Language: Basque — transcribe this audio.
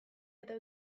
eta